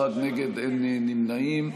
אחד נגד ואין נמנעים.